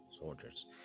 soldiers